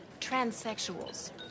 transsexuals